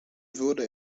wurde